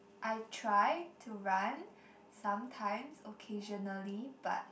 I try to run sometimes occasionally but